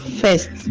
first